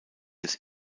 des